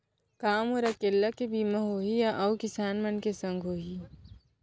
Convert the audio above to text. का मोर अकेल्ला के बीमा होही या अऊ किसान मन के संग होही?